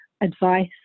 advice